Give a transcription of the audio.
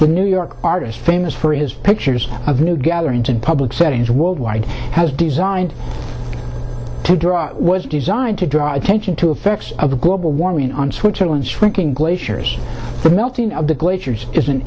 the new york artist famous for his pictures of new gatherings and public settings worldwide has designed to draw was designed to draw attention to effects of global warming on switzerland's shrinking glaciers melting of the glaciers is